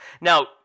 Now